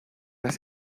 las